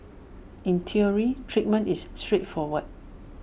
in theory treatment is straightforward